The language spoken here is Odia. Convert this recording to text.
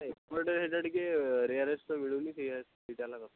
ଏକୁରେଟ୍ ହେଇଟା ଟିକିଏ ରେୟାରେଷ୍ଟ୍ ତ ମିଳୁନି ସେଇଆ ସେଇଟା ହେଲା କଥା